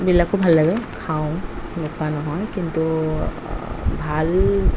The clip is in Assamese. বিলাকো ভাল লাগে খাওঁ নোখোৱা নহয় কিন্তু ভাল